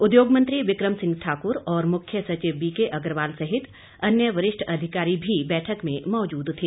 उद्योग मंत्री बिक्रम सिंह ठाक्र और मुख्य सचिव बीके अग्रवाल सहित अन्य वरिष्ठ अधिकारी भी बैठक में मौजूद थे